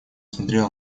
смотрела